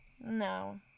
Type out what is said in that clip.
No